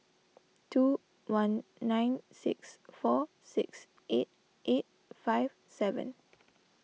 two one nine six four six eight eight five seven